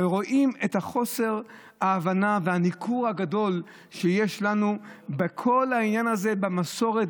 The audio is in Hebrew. ורואים את חוסר ההבנה והניכור הגדול שיש לנו בכל העניין הזה במסורת,